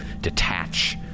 detach